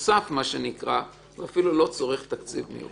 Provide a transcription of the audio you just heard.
נוסף ואפילו לא צורך תקציב מיוחד.